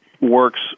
works